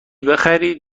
بخرید